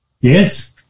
Yes